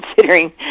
considering